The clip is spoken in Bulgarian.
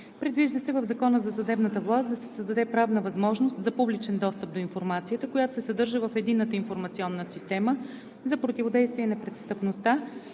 Предвижда се в Закона за съдебната власт да се създаде правна възможност за публичен достъп до информацията, която се съдържа в Единната информационна система за противодействие на престъпността